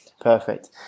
perfect